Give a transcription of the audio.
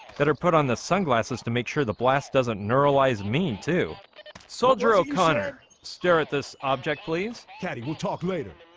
that are put on the sunglasses to make sure the blast doesn't neural eyes mean to soldier o connor stare at this object. please caddy. talk later